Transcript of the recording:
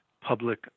public